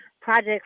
projects